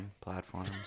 Platforms